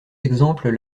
exemples